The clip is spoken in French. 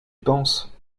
pense